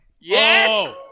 Yes